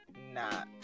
nah